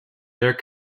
their